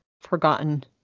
forgotten